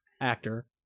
actor